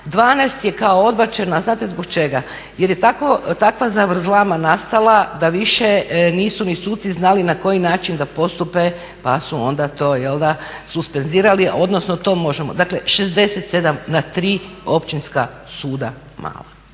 12 je kao odbačeno a znate zbog čega? Jer je takva zavrzlama nastala da više nisu ni suci znali na koji način da postupe pa su onda to jel'da suspendirali. Dakle, 67 na tri općinska suda mala.